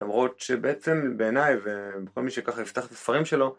למרות שבעצם בעיניי ובכל מי שככה יפתח את הספרים שלו